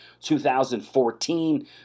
2014